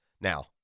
Now